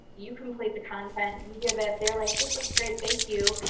you complete the content, you give it. they're like, this looks great. thank you.